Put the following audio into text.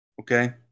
Okay